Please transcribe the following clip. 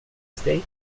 state